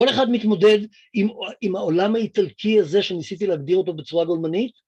‫כל אחד מתמודד עם העולם האיטלקי הזה ‫שניסיתי להגדיר אותו בצורה גולמנית?